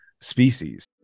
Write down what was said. species